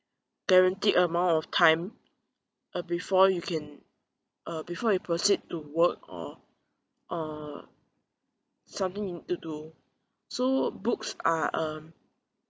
guaranteed amount of time uh before you can uh before you proceed to work or or something to do so books are um